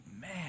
man